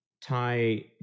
tie